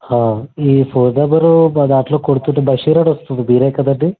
హ ఈ phone number మా దాంట్లో కొడుతుంటే బషీర్ అని వస్తుంది మీరే కదండి